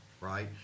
right